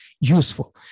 useful